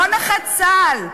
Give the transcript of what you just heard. לא נכי צה"ל,